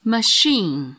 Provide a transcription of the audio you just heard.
Machine